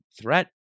threat